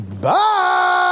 Bye